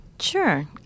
Sure